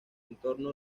entorno